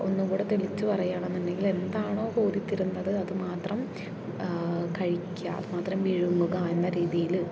ഒന്നും കൂടി തെളിച്ച് പറയുകയാണെന്നുണ്ടെങ്കിൽ എന്താണോ ഓതിത്തരുന്നത് അത് മാത്രം കഴിക്കുക അത് മാത്രം വിഴുങ്ങുക എന്ന രീതിയിൽ